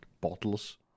bottles